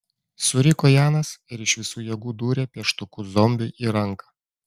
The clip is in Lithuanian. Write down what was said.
suriko janas ir iš visų jėgų dūrė pieštuku zombiui į ranką